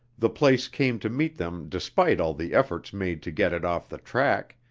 the place came to meet them despite all the efforts made to get it off the track,